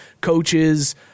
coaches